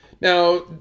Now